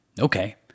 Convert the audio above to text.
okay